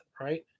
right